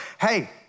hey